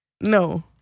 No